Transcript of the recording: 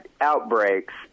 outbreaks